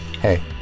Hey